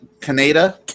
Canada